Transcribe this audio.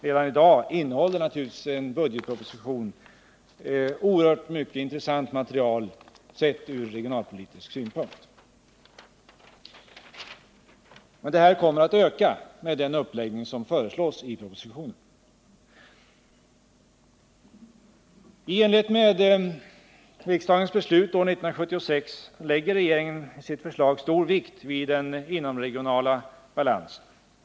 Redan i dag innehåller en budgetproposition oerhört mycket intressant material, sett ur regionalpolitisk synpunkt, men detta kommer att öka med den uppläggning som föreslås i propositionen. I enlighet med riksdagens beslut år 1976 lägger regeringen i sitt förslag stor vikt vid den inomregionala balansen.